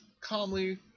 calmly